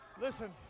Listen